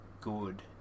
good